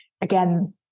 again